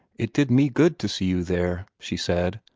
it did me good to see you there, she said,